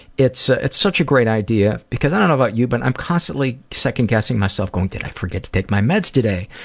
it's it's such a great idea. because i don't know about you but i'm constantly second-guessing myself, going did i forget to take my meds today?